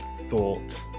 thought